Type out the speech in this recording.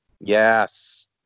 Yes